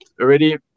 already